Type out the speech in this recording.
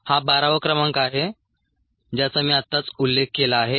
हा 12 वा क्रमांक आहे ज्याचा मी आत्ताच उल्लेख केला आहे